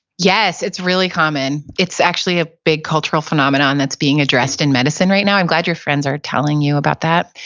yes, it's really common. it's actually a big cultural phenomenon that's being addressed in medicine right now. i'm glad your friends are telling you about that.